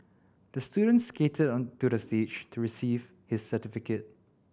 the student skated onto the stage to receive his certificate